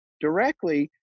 directly